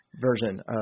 version